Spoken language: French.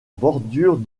bordure